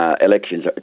Elections